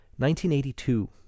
1982